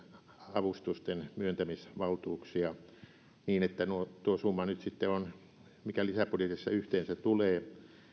avustusten myöntämisvaltuuksia niin että tuo summa nyt sitten mikä lisäbudjetissa yhteensä tulee